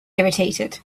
irritated